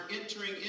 entering